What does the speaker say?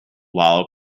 while